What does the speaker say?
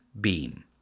beam